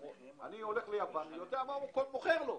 כשאני הולך ליוון, אני יודע מה הוא מוכר לו.